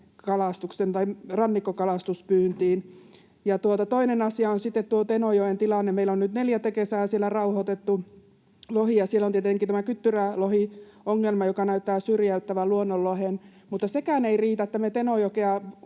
rannikkokalastuspyyntiin. Toinen asia on sitten Tenojoen tilanne. Meillä on nyt neljättä kesää siellä rauhoitettu lohia. Siellä on tietenkin tämän kyttyrälohen ongelma, joka näyttää syrjäyttävän luonnonlohen. Mutta sekään ei riitä, että me Tenojokea